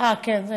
אה, כן.